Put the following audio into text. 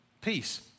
Peace